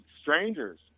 strangers